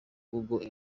google